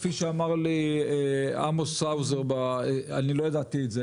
כפי שאמר לי עמוס האוזר לא ידעתי את זה,